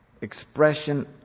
expression